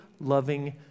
loving